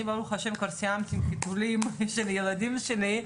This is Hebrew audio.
אני ברוך ה' סיימתי עם החיתולים של הילדים שלי,